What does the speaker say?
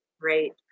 Great